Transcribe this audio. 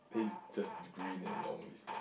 it's just green and long this long